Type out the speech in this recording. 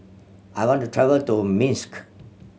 I want to travel to Minsk